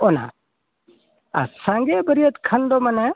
ᱚᱱᱟ ᱟᱥᱟᱱ ᱜᱮ ᱵᱟᱹᱨᱭᱟᱹᱛ ᱠᱷᱟᱱ ᱫᱚ ᱢᱟᱱᱮ